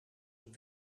een